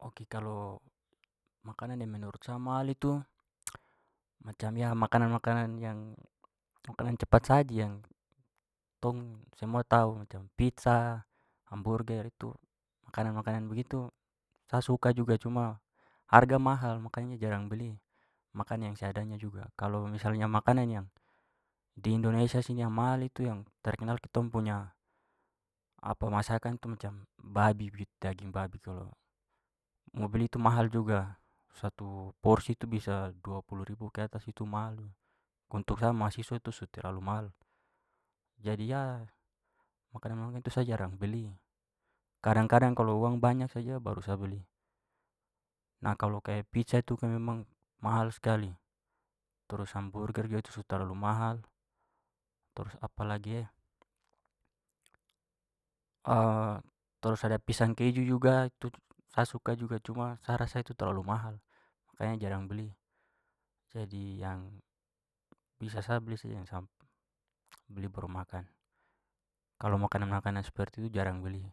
Ok, kalau makanan yang menurut saya mahal itu macam makanan-makanan yang- makanan cepat saji yang tong semua tahu macam pizza, hamburger itu, makanan-makanan begitu sa suka juga cuma harga mahal, makanya jarang beli, makan yang seadanya juga. Kalau misalnya makanan yang di indonesia sini yang mahal itu yang terkenal kitong punya masakan itu macam babi begitu, daging babi. Kalau mau beli itu mahal juga. Satu porsi itu bisa dua puluh ribu keatas, itu mahal juga. Untuk sa mahasiswa itu su terlalu mahal. Jadi makanan-makanan itu sa jarang beli. Kadang-kadang kalau uang banyak saja baru sa beli. Nah, kalau kayak pizza itu kan memang mahal sekali. Trus hamburger juga itu su terlalu mahal. Terus ada pisang keju juga itu sa suka juga cuma sa rasa itu terlalu mahal makanya jarang beli. Jadi yang bisa sa beli saja yang sa beli baru makan. Kalau makanan-makanan seperti itu jarang beli.